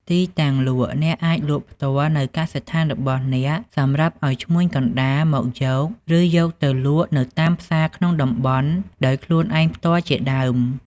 ទីតាំងលក់ អ្នកអាចលក់ផ្ទាល់នៅកសិដ្ឋានរបស់អ្នកសម្រាប់អោយឈ្មួញកណ្តាលមកយក ឬយកទៅលក់នៅតាមផ្សារក្នុងតំបន់ ដោយខ្លួនឯងផ្ទាល់ជាដើម។